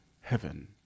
heaven